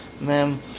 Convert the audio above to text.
Mem